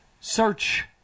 Search